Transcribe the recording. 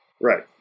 Right